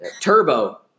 Turbo